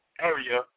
area